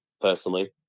personally